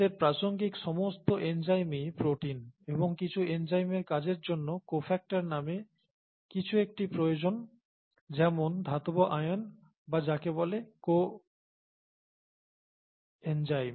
আমাদের প্রাসঙ্গিক সমস্ত এনজাইমই প্রোটিন এবং কিছু এনজাইমের কাজের জন্য কোফ্যাক্টর নামে কিছু একটি প্রয়োজন যেমন ধাতব আয়ন বা যাকে বলে কোএনজাইম